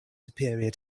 superior